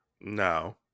No